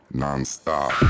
nonstop